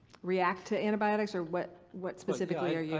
react to antibiotics or what what specifically are you.